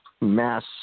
mass